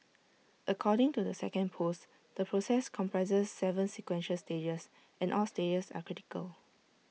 according to the second post the process comprises Seven sequential stages and all stages are critical